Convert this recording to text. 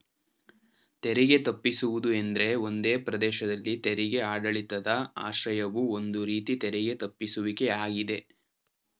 ತೆರಿಗೆ ತಪ್ಪಿಸುವುದು ಎಂದ್ರೆ ಒಂದೇ ಪ್ರದೇಶದಲ್ಲಿ ತೆರಿಗೆ ಆಡಳಿತದ ಆಶ್ರಯವು ಒಂದು ರೀತಿ ತೆರಿಗೆ ತಪ್ಪಿಸುವಿಕೆ ಯಾಗಿದೆ